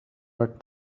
were